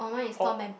Paul